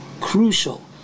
crucial